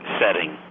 setting